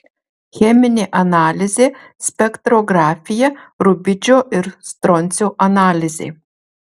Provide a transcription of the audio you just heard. cheminė analizė spektrografija rubidžio ir stroncio analizė